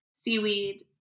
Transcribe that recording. seaweed